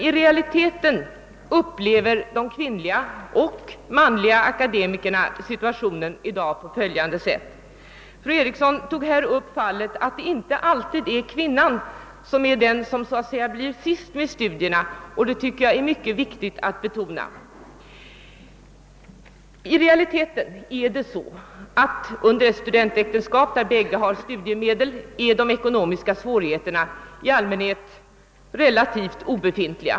Fru Eriksson i Stockholm påpekade att det inte alltid är kvinnan som är den som så att säga »blir sist« med studierna, och detta tycker jag det är mycket viktigt att betona. I realiteten upplever de kvinnliga och de manliga akademikerna situationen i dag på följande sätt. Under ett studentäktenskap, då båda erhåller studiemedel, är de ekonomiska svårigheterna ofta obefintliga.